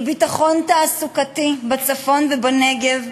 היא ביטחון תעסוקתי בצפון ובנגב,